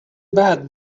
bad